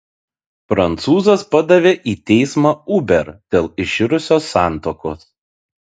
prancūzas padavė į teismą uber dėl iširusios santuokos